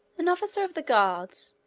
an officer of the guards,